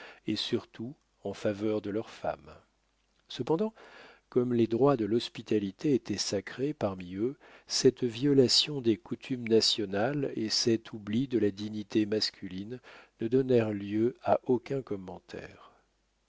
et surtout en faveur de leurs femmes cependant comme les droits de l'hospitalité étaient sacrés parmi eux cette violation des coutumes nationales et cet oubli de la dignité masculine ne donnèrent lieu à aucun commentaire